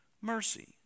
mercy